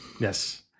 Yes